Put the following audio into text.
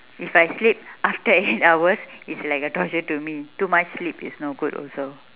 if I sleep after eight hours is like a torture to me too much sleep is no good also